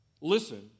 listen